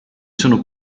sono